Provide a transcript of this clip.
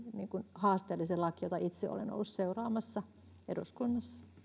haasteellisin laki jonka säätämistä itse olen ollut seuraamassa eduskunnassa